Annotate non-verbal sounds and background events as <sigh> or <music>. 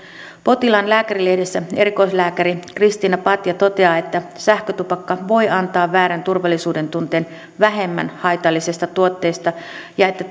potilaan lääkärilehdessä erikoislääkäri kristiina patja toteaa että sähkötupakka voi antaa väärän turvallisuudentunteen vähemmän haitallisesta tuotteesta ja että <unintelligible>